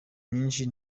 nyinshi